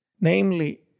Namely